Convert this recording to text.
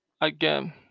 again